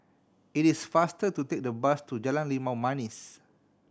it is faster to take the bus to Jalan Limau Manis